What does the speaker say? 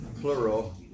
plural